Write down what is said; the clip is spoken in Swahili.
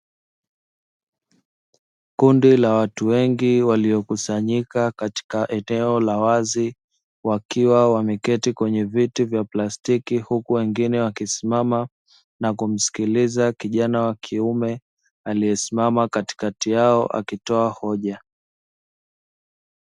Kundi la watu wengi waliokusanyika katika eneo la wazi wakiwa wameketi kwenye viti vya plastiki huku wengine wakiwa wamesimama, na kumsikiliza kijana wa kiume aliyesimama katikati yao akitoa hoja.